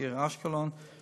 בעיקר אשקלון,